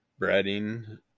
breading